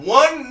one